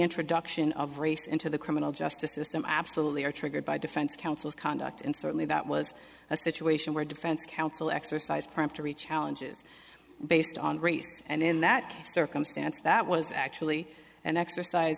introduction of race into the criminal justice system absolutely are triggered by defense counsel's conduct and certainly that was a situation where defense counsel exercised peremptory challenges based on race and in that circumstance that was actually an exercise